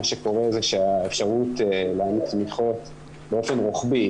שקורה זה שהאפשרות להעמיד תמיכות באופן רוחבי,